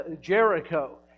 Jericho